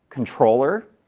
controller,